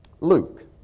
Luke